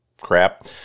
crap